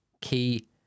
Key